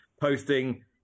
posting